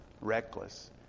reckless